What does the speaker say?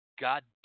goddamn